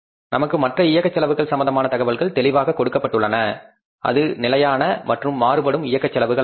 நமக்கு மற்ற இயக்கச் செலவுகள் சம்பந்தமான தகவல்கள் தெளிவாக கொடுக்கப்பட்டுள்ளன அது நிலையான மற்றும் மாறுபடும் இயக்கச் செலவுகள் ஆகும்